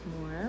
more